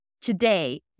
today